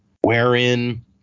wherein